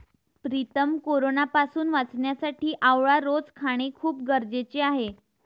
प्रीतम कोरोनापासून वाचण्यासाठी आवळा रोज खाणे खूप गरजेचे आहे